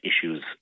issues